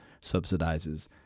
subsidizes